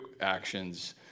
actions